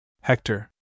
Hector